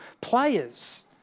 players